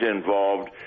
involved